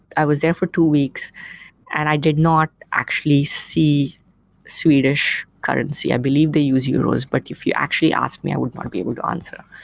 i was there for two weeks and i did not actually see swedish currency. i believe they use euros. but if you actually ask me, i would not be able to answer,